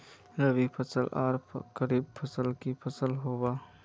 रवि फसल आर खरीफ फसल की फसल होय?